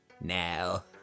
now